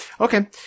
Okay